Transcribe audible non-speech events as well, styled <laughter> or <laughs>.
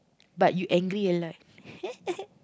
but you angry a lot <laughs>